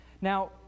Now